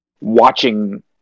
watching